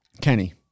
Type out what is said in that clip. Kenny